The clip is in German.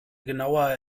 genauer